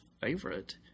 favorite